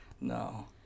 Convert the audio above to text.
No